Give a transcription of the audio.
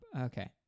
okay